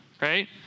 right